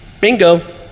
bingo